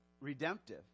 redemptive